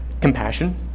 compassion